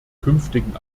künftigen